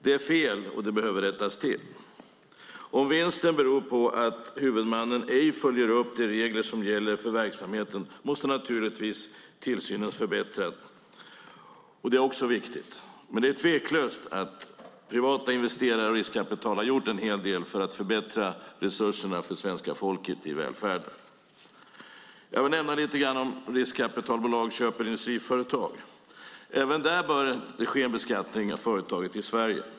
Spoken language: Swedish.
Det är fel, och det behöver rättas till. Om vinsten beror på att huvudmannen ej följer de regler som gäller för verksamheten måste tillsynen naturligtvis förbättras. Det är också viktigt. Men det är tveklöst så att privata investerare och riskkapital har gjort en hel del för att förbättra resurserna i välfärden för svenska folket. Jag vill nämna lite grann om hur riskkapitalbolag köper in syföretag. Även där bör det ske en beskattning av företaget i Sverige.